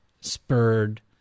spurred—